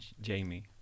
Jamie